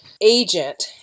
agent